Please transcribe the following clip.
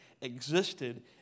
existed